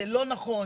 זה לא נכון,